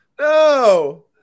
no